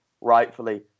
rightfully